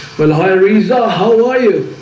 well, i really saw how do i you?